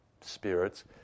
spirits